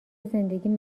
زندگیم